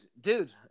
dude